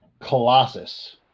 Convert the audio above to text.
colossus